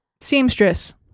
Seamstress